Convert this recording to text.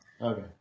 Okay